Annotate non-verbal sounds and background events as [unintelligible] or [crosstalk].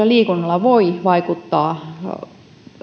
[unintelligible] liikunnalla voi vaikuttaa